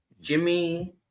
Jimmy